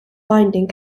binding